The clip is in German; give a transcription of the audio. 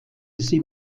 sie